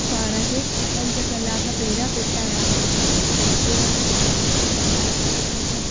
पाण खे पंज कलाक पहिरियों पिसाइणा पवंदा पोइ छोला ॿाफिजी मतिलबु